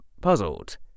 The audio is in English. puzzled